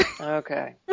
Okay